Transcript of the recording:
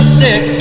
six